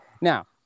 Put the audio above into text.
Now